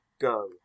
Go